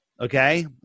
okay